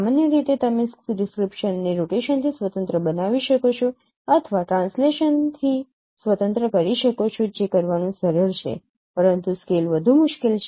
સામાન્ય રીતે તમે ડિસ્ક્રિપ્શન ને રોટેશનથી સ્વતંત્ર બનાવી શકો છો અથવા ટ્રાન્સલેશનથી સ્વતંત્ર કરી શકો છો જે કરવાનું સરળ છે પરંતુ સ્કેલ વધુ મુશ્કેલ છે